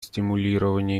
стимулирования